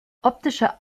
optische